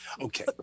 Okay